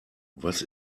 was